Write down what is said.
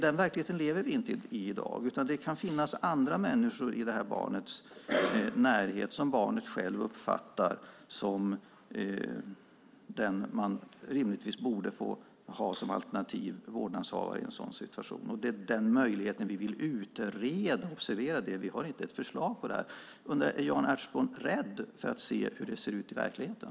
Den verkligheten lever vi inte i i dag, utan det kan finnas andra människor i barnets närhet som barnet själv uppfattar som den man rimligtvis borde få ha som alternativ vårdnadshavare i en sådan situation. Det är den möjligheten vi vill utreda. Observera att vi vill utreda - vi har inte ett förslag. Är Jan Ertsborn rädd för att se hur det ser ut i verkligheten?